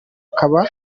haba